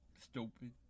Stupid